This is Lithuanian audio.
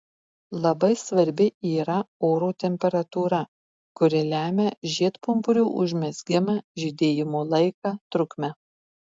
labai svarbi yra oro temperatūra kuri lemia žiedpumpurių užmezgimą žydėjimo laiką trukmę